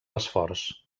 esforç